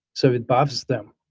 so it bothers them.